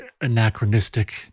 anachronistic